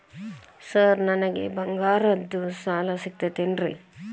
Sir ನನಗೆ ಬಂಗಾರದ್ದು ಸಾಲ ಸಿಗುತ್ತೇನ್ರೇ?